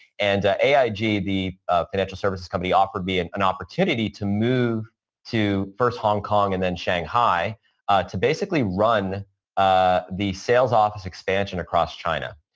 and aig, the financial services company offered me an an opportunity to move to first hong kong and then shanghai to basically run ah the sales office expansion across china.